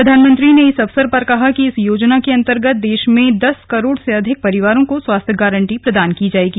प्रधानमंत्री ने इस अवसर पर कहा कि इस योजना के अंतर्गत देश में दस करोड़ से अधिक परिवारों को स्वास्थ्य गारंटी प्रदान की जाएगी